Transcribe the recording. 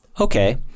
Okay